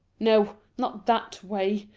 no, not that way.